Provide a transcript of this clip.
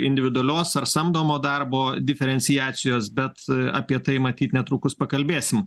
individualios ar samdomo darbo diferenciacijos bet apie tai matyt netrukus pakalbėsim